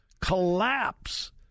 collapse